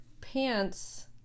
pants